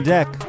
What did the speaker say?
Deck